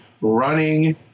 running